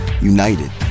united